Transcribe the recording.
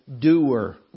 doer